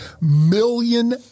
million